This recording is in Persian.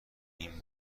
این